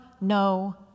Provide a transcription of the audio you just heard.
no